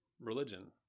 religion